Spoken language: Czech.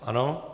Ano.